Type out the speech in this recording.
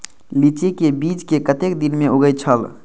लीची के बीज कै कतेक दिन में उगे छल?